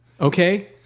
okay